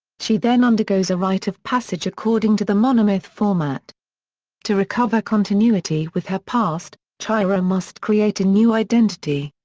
she then undergoes a rite of passage according to the monomyth format to recover continuity with her past, chihiro must create a new identity.